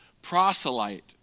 proselyte